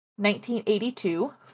1982